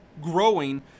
growing